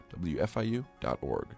wfiu.org